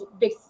big